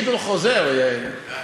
נכון?